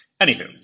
Anywho